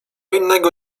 innego